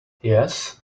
yes